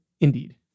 Indeed